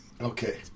Okay